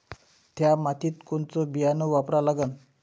थ्या मातीत कोनचं बियानं वापरा लागन?